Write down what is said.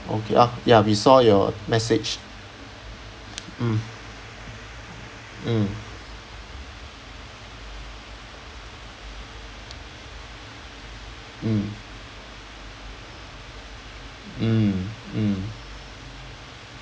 okay oh ya we saw your message mm mm mm mm mm